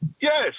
Yes